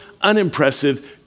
unimpressive